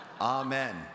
Amen